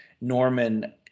Norman –